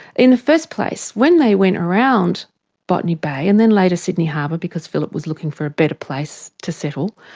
in the first place, when they went around botany bay and then later sydney harbour because phillip was looking for a better place to settle,